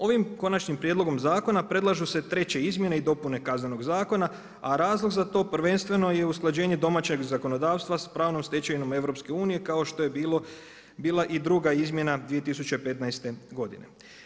Ovim konačnim prijedlogom zakona, predlažu se treće izmjene i dopune Kaznenog zakona a razlog za to prvenstveno je usklađenje domaćeg zakonodavstva s pravnom stečevinom EU-a kao što je bila i druga izmjena 2015. godine.